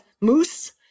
moose